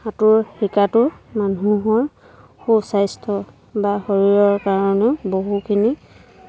সাঁতোৰ শিকাটো মানুহৰ সু স্বাস্থ্য বা শৰীৰৰ কাৰণেও বহুখিনি